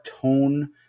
tone